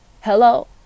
Hello